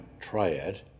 triad